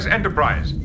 Enterprise